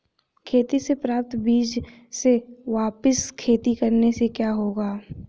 खेती से प्राप्त बीज से वापिस खेती करने से क्या होगा?